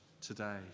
today